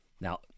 Now